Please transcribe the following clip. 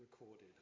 recorded